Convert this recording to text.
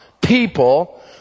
people